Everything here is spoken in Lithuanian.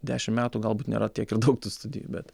dešim metų galbūt nėra tiek ir daug tų studijų bet